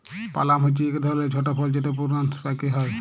পালাম হছে ইক ধরলের ছট ফল যেট পূরুনস পাক্যে হয়